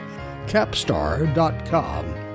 Capstar.com